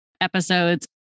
episodes